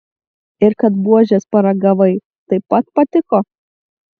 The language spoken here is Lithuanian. ir kad buožės paragavai taip pat patiko